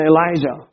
Elijah